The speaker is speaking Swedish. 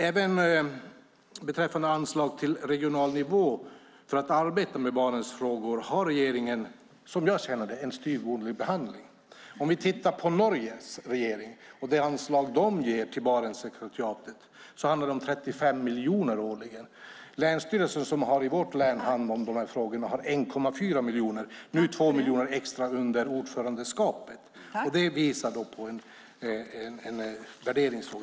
Även beträffande anslag till regional nivå för arbete med Barentsfrågor har regeringen, som jag känner det, en styvmoderlig behandling. Vi kan titta på Norges regering och det anslag man ger till Barentssekretariatet. Det handlar om 35 miljoner årligen. Länsstyrelsen i vårt län, som har hand om de här frågorna, har 1,4 miljoner och 2 miljoner extra under ordförandeskapet. Det visar på en värdering.